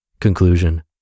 Conclusion